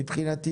חבל על המילים.